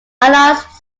analysts